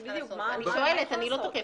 אני שואלת, אני לא תוקפת.